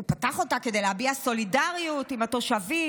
הוא פתח אותה כדי להביע סולידריות עם התושבים,